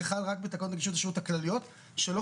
זה חל רק בתקנות רשות השירות הכלליות שלא